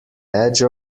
edge